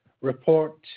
report